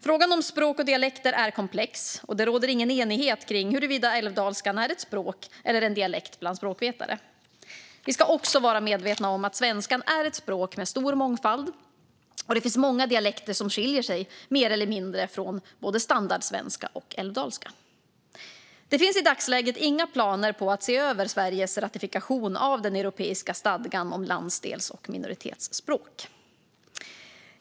Frågan om språk och dialekter är komplex, och det råder ingen enighet bland språkvetare om huruvida älvdalskan är ett språk eller en dialekt. Vi ska också vara medvetna om att svenskan är ett språk med stor mångfald, och det finns många dialekter som skiljer sig mer eller mindre från både standardsvenska och älvdalska. Det finns i dagsläget inga planer på att se över Sveriges ratifikation av den europeiska stadgan om landsdels och minoritetsspråk.